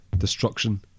destruction